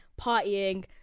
partying